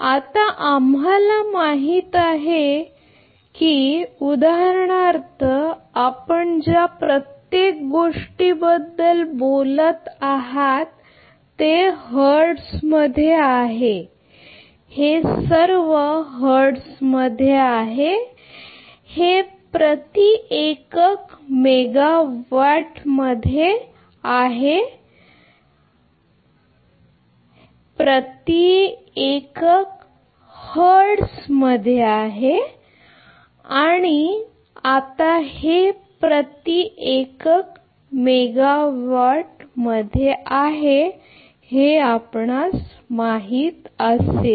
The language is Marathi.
आता आम्हाला माहित आहे की उदाहरणार्थ आपण ज्या प्रत्येक गोष्टीबद्दल बोलत आहोत ते हर्ट्ज मध्ये आहे हे खरंच हर्ट्ज मध्ये आहे आणि हे प्रति युनिट मेगावाट मध्ये आहे हे प्रति युनिट मध्ये नाही हे हर्ट्ज मध्ये आहे आणि आता हे प्रति युनिट मेगावाट मध्ये आहे जर आम्हाला माहित असेल